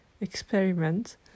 experiment